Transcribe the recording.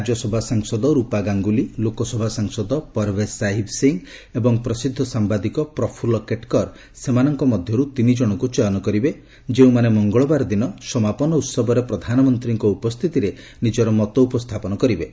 ରାଜ୍ୟସଭା ସାଂସଦ ରୂପା ଗାଙ୍ଗୁଲି ଲୋକସଭା ସାଂସଦ ପରଭେଷ ସାହିବ ସିଂହ ଏବଂ ପ୍ରସିଦ୍ଧ ସାମ୍ବାଦିକ ପ୍ରଫୁଲ କେଟକର୍ ସେମାନଙ୍କ ମଧ୍ୟରୁ ତିନିଜଣଙ୍କୁ ଚୟନ କରିବେଯେଉଁମାନେ ମଙ୍ଗଳବାରଦିନ ସମାପନ ଉହବରେ ପ୍ରଧାନମନ୍ତ୍ରୀଙ୍କ ଉପସ୍ଥିତିରେ ନିଜର ମତ ଉପସ୍ଥାପନ କରିବେ